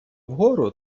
вгору